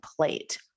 plate